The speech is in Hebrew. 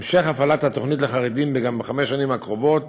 המשך הפעלת התוכנית לחרדים גם בחמש השנים הקרובות